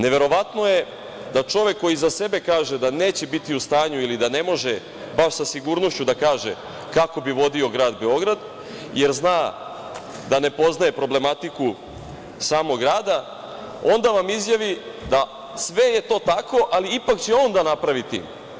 Neverovatno je da čovek koji za sebe kaže da neće biti u stanju ili da ne može baš sa sigurnošću da kaže kako bi vodio Grad Beograd, jer zna da ne poznaje problematiku samog grada, onda vam izjavi da sve je to tako, ali ipak će on da napravi tim.